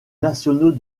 nationaux